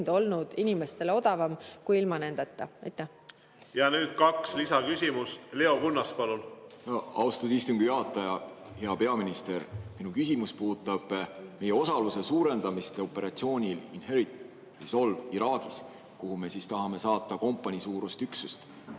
Ja nüüd kaks lisaküsimust. Leo Kunnas, palun! Austatud istungi juhataja! Hea peaminister! Minu küsimus puudutab meie osaluse suurendamist operatsioonil Inherent Resolve Iraagis, kuhu me tahame saata kompaniisuurust üksust.